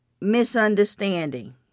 misunderstanding